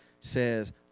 says